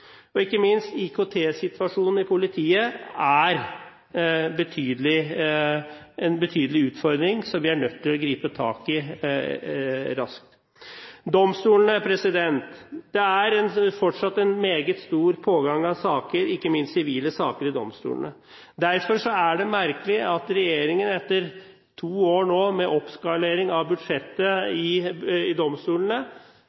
budsjett. Ikke minst er IKT-situasjonen i politiet en betydelig utfordring, som vi er nødt til å gripe tak i raskt. Domstolene: Det er fortsatt en meget stor pågang av saker – ikke minst sivile saker – i domstolene. Derfor er det merkelig at regjeringen etter to år med oppskalering av budsjettet